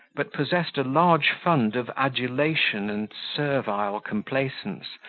but possessed a large fund of adulation and servile complaisance,